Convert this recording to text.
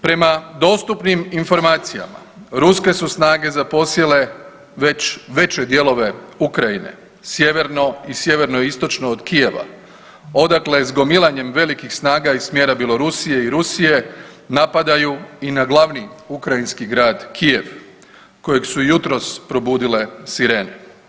Prema dostupnim informacijama ruske su snage zaposjele veće dijelove Ukrajine sjeverno i sjeveroistočno od Kijeva odakle s gomilanjem velikih snaga iz smjera Bjelorusije i Rusije napadaju i na glavni ukrajinski grad Kijev kojeg su jutros probudile sirene.